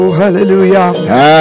hallelujah